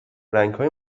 رنگهای